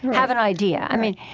have an idea. i mean,